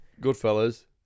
Goodfellas